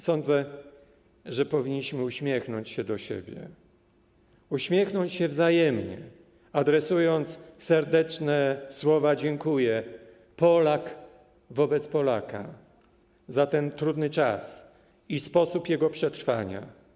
Sądzę, że powinniśmy uśmiechnąć się do siebie, uśmiechnąć się wzajemnie, adresując serdeczne słowo „dziękuję” - Polak wobec Polaka - za ten trudny czas i sposób jego przetrwania.